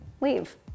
leave